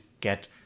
get